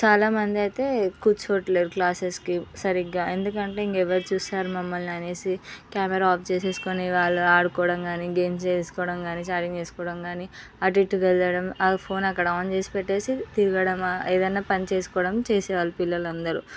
చాలా మంది అయితే కూర్చోవడం లేదు క్లాసెస్కి సరిగ్గా ఎందుకంటే ఇంకా ఎవరు చూస్తారు మమ్మల్ని అని కెమెరా ఆఫ్ చేసుకొని వాళ్ళు ఆడుకోవడం కానీ గేమ్స్ వేసుకోడం కానీ చాటింగ్ చేసుకోవడం కానీ అటు ఇటు వెళ్ళడం ఆ ఫోన్ అక్కడ ఆన్ చేసి పెట్టేసి తిరగడం ఏదైనా పని చేసుకోవడం చేసేవారు పిల్లలందరు